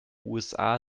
usa